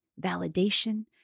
validation